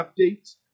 updates